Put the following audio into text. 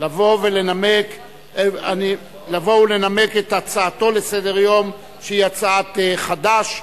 לבוא ולנמק את הצעתו לסדר-היום, שהיא הצעת חד"ש,